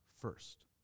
first